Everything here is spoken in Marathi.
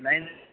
नाही नाही